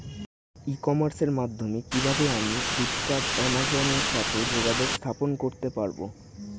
ই কমার্সের মাধ্যমে কিভাবে আমি ফ্লিপকার্ট অ্যামাজন এর সাথে যোগাযোগ স্থাপন করতে পারব?